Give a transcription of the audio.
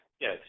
yes